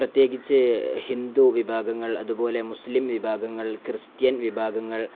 പ്രത്യേകിച്ച് ഹിന്ദു വിഭാഗങ്ങൾ അതുപോലെ മുസ്ലിം വിഭാഗങ്ങൾ ക്രിസ്ത്യൻ വിഭാഗങ്ങൾ